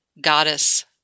goddess